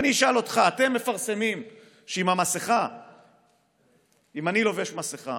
אשאל אותך: אתם מפרסמים שאם אני לובש מסכה